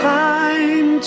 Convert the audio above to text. time